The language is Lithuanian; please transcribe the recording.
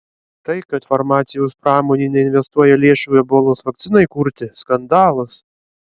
tai kad farmacijos pramonė neinvestuoja lėšų ebolos vakcinai kurti skandalas